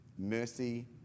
Mercy